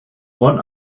one